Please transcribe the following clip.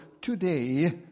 today